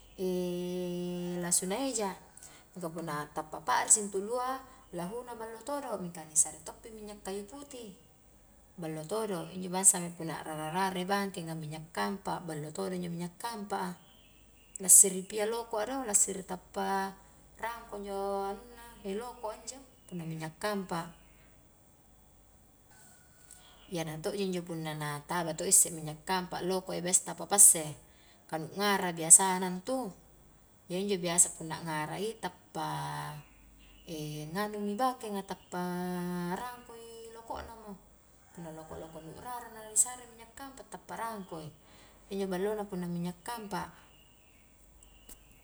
lasuna eja ka punna tappa pa'risi intu ulua, lahuna ballo todo, mingka ni sare toppi minyak kayu putih, ballo todo injo bangsami punna rara-rara bangkenga minyak kampa ballo todo injo minyak kampa a, lassiri pia lokoa do lassiri tappa rangko injo anunna loko' a injo na minyak kampa, iyana to' isse injo punna na taba tosse minyak kampa loko a iya biasa tappa passe, ka nu ngara biasana intu, iya injo biasa punna ngara i tappa nganumi bangkeng a tappa rangkoi loko na mo, punna nu loko-loko a'rara na ni sare minyak kampa tappa rangkoi, injo ballona punna minyak kampa.